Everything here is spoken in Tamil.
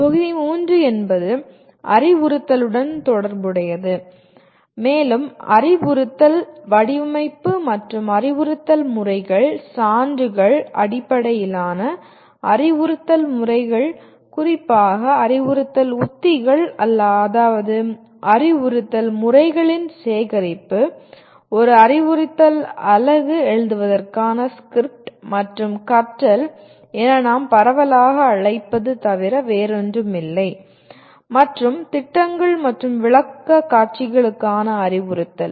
தொகுதி 3 என்பது அறிவுறுத்தலுடன் தொடர்புடையது மேலும் அறிவுறுத்தல் வடிவமைப்பு மற்றும் அறிவுறுத்தல் முறைகள் சான்றுகள் அடிப்படையிலான அறிவுறுத்தல் முறைகள் குறிப்பாக அறிவுறுத்தல் உத்திகள் அதாவது அறிவுறுத்தல் முறைகளின் சேகரிப்பு ஒரு அறிவுறுத்தல் அலகு எழுதுவதற்கான ஸ்கிரிப்ட் மற்றும் கற்றல் என நாம் பரவலாக அழைப்பது தவிர வேறொன்றுமில்லை மற்றும் திட்டங்கள் மற்றும் விளக்கக்காட்சிகளுக்கான அறிவுறுத்தல்